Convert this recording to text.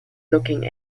looking